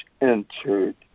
entered